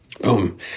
Boom